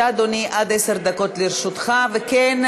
(תיקון,